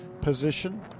position